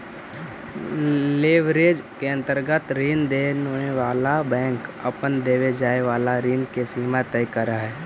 leverage के अंतर्गत ऋण देवे वाला बैंक अपन देवे जाए वाला ऋण के सीमा तय करऽ हई